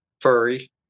furry